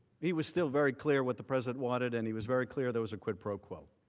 he was still very clear what the president wanted and he was very clear the was a quid pro quo.